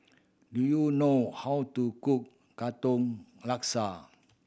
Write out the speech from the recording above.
do you know how to cook Katong Laksa